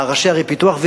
ראשי ערי הפיתוח,